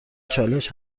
چالش